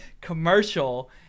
commercial